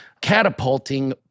catapulting